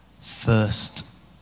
first